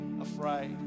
afraid